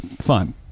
fun